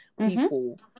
people